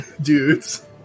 dudes